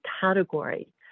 category